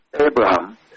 Abraham